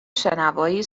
شنوایی